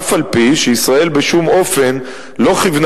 אף-על-פי שישראל בשום אופן לא כיוונה